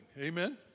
Amen